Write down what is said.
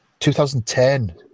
2010